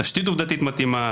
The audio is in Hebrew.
תשתית עובדתית מתאימה,